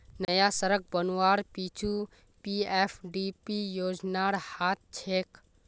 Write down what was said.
नया सड़क बनवार पीछू पीएफडीपी योजनार हाथ छेक